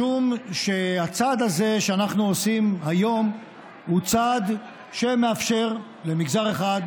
משום שהצעד הזה שאנחנו עושים היום הוא צעד שמאפשר למגזר אחד,